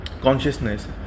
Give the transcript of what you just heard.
consciousness